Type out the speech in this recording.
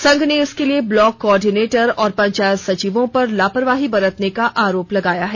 संघ ने इसके लिए ब्लॉक को आर्डिनेटर और पंचायत सचिर्यो पर लापरवाही बरतने का आरोप लगाया है